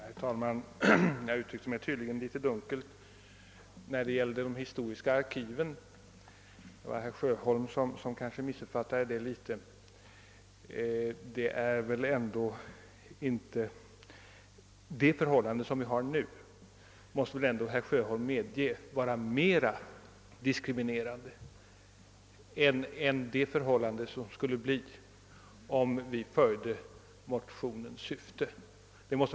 Herr talman! Jag uttryckte mig tydligen litet dunkelt när det gällde de historiska arkiven. Kanske herr Sjöholm missuppfattade mig litet. Herr Sjöholm måste väl ändå medge att nu rådande förhållanden är mer diskriminerande än de förhållanden som skulle komma att råda om vi följde motionernas syfte.